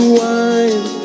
wine